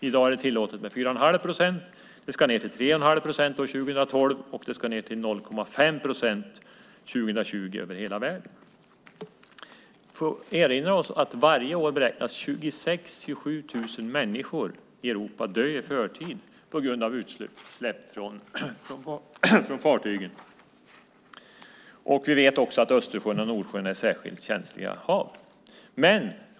I dag är det tillåtet med 4,5 procent, det ska ned till 3,5 procent 2012 och det ska ned till 0,5 procent 2020 över hela världen. Vi får erinra oss att varje år beräknas 26 000-27 000 människor i Europa dö i förtid på grund av utsläpp från fartygen. Vi vet också att Östersjön och Nordsjön är särskilt känsliga hav.